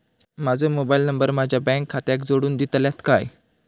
माजो mobile number माझ्या bank खात्याक जोडून दितल्यात काय?